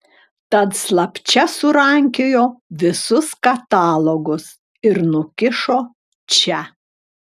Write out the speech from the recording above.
tad slapčia surankiojo visus katalogus ir nukišo čia